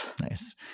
Nice